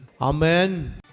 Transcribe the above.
Amen